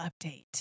update